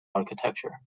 architecture